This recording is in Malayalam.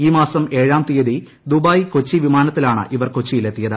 ഈ മാസം ഏഴാം തീയതി ദുബായ് കൊച്ചി വിമാനത്തിലാണ് ഇവർ കൊച്ചിയിലെത്തിയത്